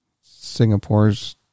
Singapore's